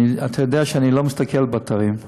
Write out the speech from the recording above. אתה יודע, אני לא מסתכל באתרים.